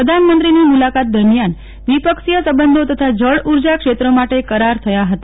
પ્રધાનમંત્રીની મુલાકાત દરમ્યાન ક્રિપક્ષીય સંબંધો તથા જળ ઉર્જા ક્ષેત્ર માટે કરાર થયા હતા